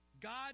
God